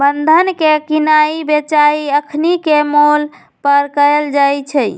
बन्धन के किनाइ बेचाई अखनीके मोल पर कएल जाइ छइ